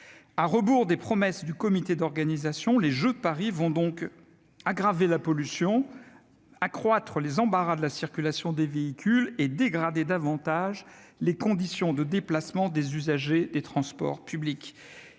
À rebours des promesses du comité d'organisation, les jeux de Paris vont donc aggraver la pollution, accroître les embarras liés à la circulation des véhicules et dégrader davantage les conditions de déplacement des usagers des transports publics.